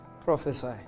Prophesy